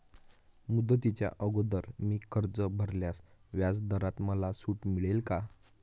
मुदतीच्या अगोदर मी कर्ज भरल्यास व्याजदरात मला सूट मिळेल का?